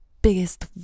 biggest